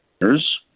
years